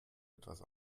etwas